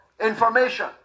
information